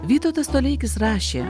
vytautas toleikis rašė